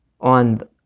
on